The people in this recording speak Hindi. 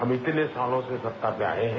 हम इतने सालों से सत्ता में आए हैं